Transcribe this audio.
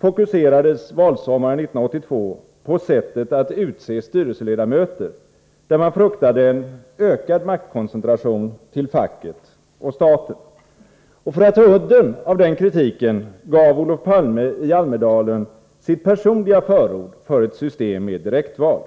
fokuserades valsommaren 1982 på sättet att utse styrelseledamöter, där man fruktade en ökad maktkoncentration till facket och staten. För att ta udden av den kritiken gav Olof Palme i Almedalen sitt personliga förord för ett system med direktval.